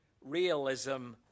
realism